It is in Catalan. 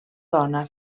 dona